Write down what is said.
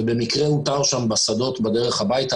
במקרה הוא אותר בשדות בדרך הביתה.